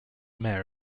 mayor